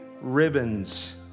ribbons